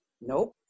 Nope